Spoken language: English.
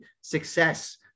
success